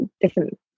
different